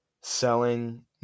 selling